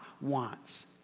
wants